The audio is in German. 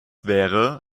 wäre